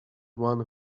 one